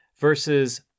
Versus